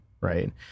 right